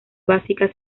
básica